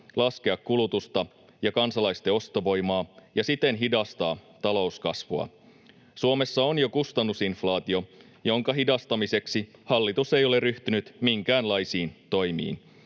laskea kulutusta ja kansalaisten ostovoimaa ja siten hidastaa talouskasvua. Suomessa on jo kustannusinflaatio, jonka hidastamiseksi hallitus ei ole ryhtynyt minkäänlaisiin toimiin.